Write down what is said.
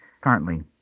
currently